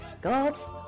God's